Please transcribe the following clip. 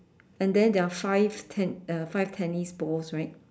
and then there are five ten uh five tennis balls right